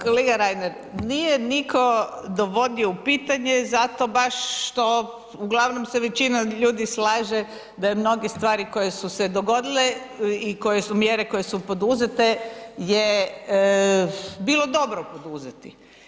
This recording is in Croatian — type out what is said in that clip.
Kolega Reiner, nije niko dovodio u pitanje zato baš što uglavnom se većina ljudi slaže da je mnogi stvari koje su se dogodile i koje su mjere koje su poduzete je bilo dobro poduzeti.